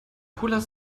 cooler